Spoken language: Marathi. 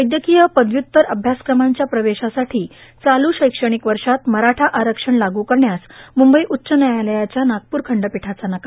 वैद्यकांय पदव्युत्तर अभ्यासक्रमांच्या प्रवेशासाठी चालू शैक्ष्माणक वषात मराठा आरक्षण लागू करण्यास मुंबई उच्च न्यायालयाच्या नागपूर खंडपीठाचा नकार